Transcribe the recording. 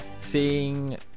seeing